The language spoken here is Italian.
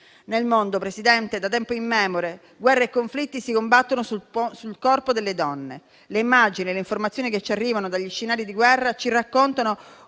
Nel mondo, Presidente, da tempo immemore guerre e conflitti si combattono sul corpo delle donne. Le immagini e le informazioni che ci arrivano dagli scenari di guerra ci raccontano